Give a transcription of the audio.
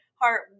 heart